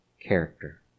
character